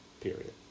Period